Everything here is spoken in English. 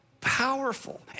powerful